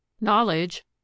Knowledge